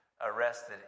arrested